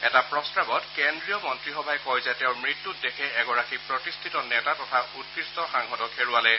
এটা প্ৰস্তাৱত কেন্দ্ৰীয় মন্ত্ৰীসভাই কয় যে তেওঁৰ মৃত্যুত দেশে এগৰাকী প্ৰতিষ্ঠিত নেতা তথা উৎকৃষ্ট সাংসদক হেৰুৱালে